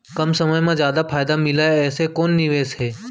कम समय मा जादा फायदा मिलए ऐसे कोन निवेश हे?